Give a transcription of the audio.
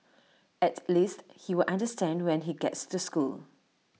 at least he'll understand when he gets to school